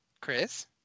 Chris